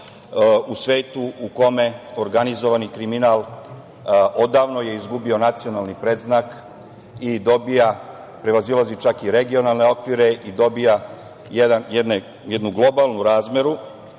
u svetu u kome organizovani kriminal odavno je izgubio nacionalni predznak i prevazilazi čak i regionalne okvire i dobija jednu globalnu razmeru,